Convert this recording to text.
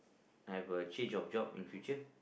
I will change of job in the future